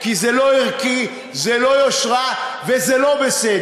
כי זה לא ערכי, זה לא יושרה וזה לא בסדר.